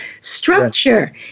structure